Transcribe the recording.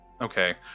Okay